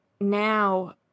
now